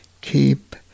keep